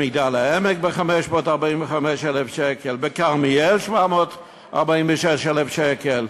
במגדל-העמק ב-545,000 שקל, בכרמיאל ב-740,000 שקל.